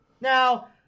Now